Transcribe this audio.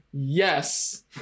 yes